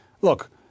Look